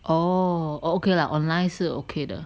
orh okay lah online 是 okay 的